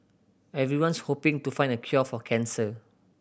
everyone's hoping to find the cure for cancer